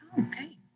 Okay